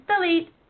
delete